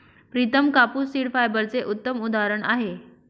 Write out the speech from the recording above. प्रितम कापूस सीड फायबरचे उत्तम उदाहरण आहे